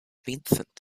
vincent